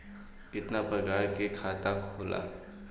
कितना प्रकार के खाता होला?